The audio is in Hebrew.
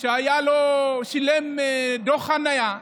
שילם דוח חניה,